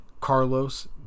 Carlos